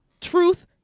truth